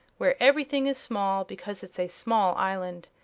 where everything is small because it's a small island.